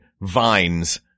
vines